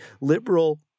liberal